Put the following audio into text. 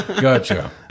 gotcha